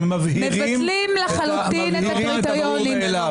לא, מבהירים את הברור מאליו.